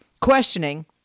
questioning